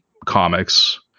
comics